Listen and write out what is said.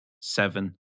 Seven